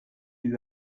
you